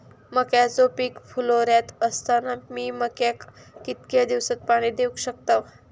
मक्याचो पीक फुलोऱ्यात असताना मी मक्याक कितक्या दिवसात पाणी देऊक शकताव?